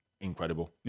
incredible